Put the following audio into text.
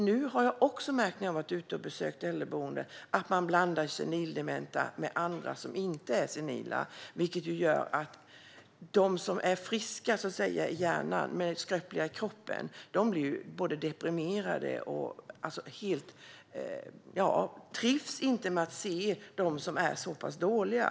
När jag nu har varit ute och besökt äldreboenden har jag också märkt att man blandar senildementa med andra som inte är senila, vilket gör att de som så att säga är friska i hjärnan men skröpliga i kroppen blir deprimerade. De trivs inte med att se dem som är så pass dåliga.